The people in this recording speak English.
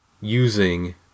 using